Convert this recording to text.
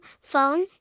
phone